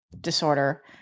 disorder